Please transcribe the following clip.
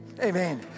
Amen